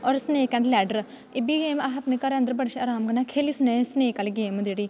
होर snake and ladder एह् बी गेम अस घरै अंदर बड़ी शैल अराम कन्नै खेली सकने स्नेक आह्ली गेम जेह्ड़ी